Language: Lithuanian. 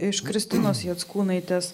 iš kristinos jackūnaitės